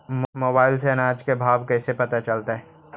Mobile से अनाज के भाव कैसे पता चलतै?